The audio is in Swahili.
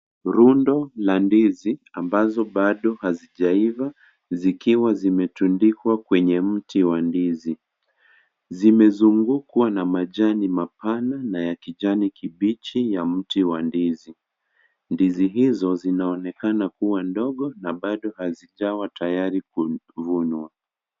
Rundo la ndizi ambazo bado hazijaiva zikiimetundikwa kwenye mti wa ndizi, zimezungukwa na majani mapana na ya kijani kibichi ya mti wa ndizi. Ndizi hizo zinaonekana kuwa ndogo na bado hazijawa tayari kuvunwa.